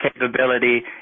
capability